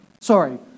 Sorry